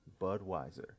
Budweiser